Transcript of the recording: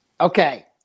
Okay